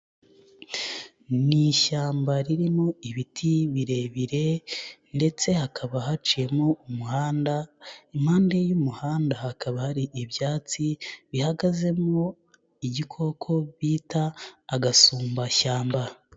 Ni ishyamba ririmo ibiti birebire ndetse hakaba haciyemo umuhanda, impande y'umuhanda hakaba hari ibyatsi bihagazemo igikoko bita agasumbashyamba.